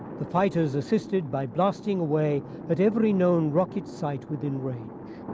the fighters assisted by blasting away at every known rocket site within range.